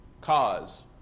cause